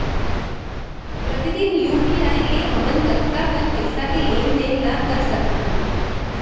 प्रतिदन यू.पी.आई ले हमन कतका कन पइसा के लेन देन ल कर सकथन?